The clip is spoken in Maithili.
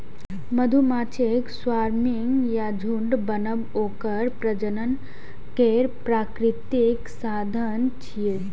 मधुमाछीक स्वार्मिंग या झुंड बनब ओकर प्रजनन केर प्राकृतिक साधन छियै